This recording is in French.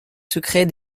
secrets